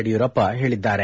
ಯಡಿಯೂರಪ್ಪ ಹೇಳಿದ್ದಾರೆ